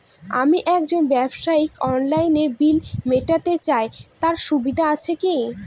আমি একজন ব্যবসায়ী অনলাইনে বিল মিটাতে চাই তার সুবিধা আছে কি?